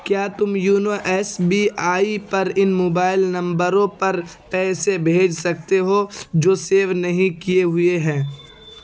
کیا تم YONO S B I پر ان موبائل نمبروں پر پیسے بھیج سکتے ہو جو سیو نہیں کیے ہوئے ہیں